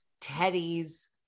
Teddy's